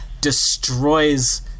destroys